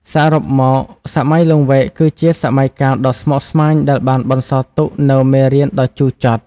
សរុបមក សម័យលង្វែកគឺជាសម័យកាលដ៏ស្មុគស្មាញដែលបានបន្សល់ទុកនូវមេរៀនដ៏ជូរចត់។